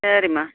சரிம்மா